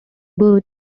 boot